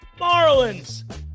Marlins